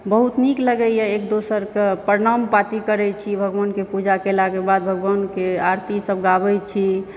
बहुत नीक लगैए एक दोसरकऽ प्रणाम पाती करैत छी भगवानके पूजा केलाक बाद भगवानके आरतीसभ गाबैत छी